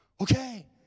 okay